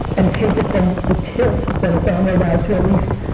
and take it from the tilt that it's on right now, to at least,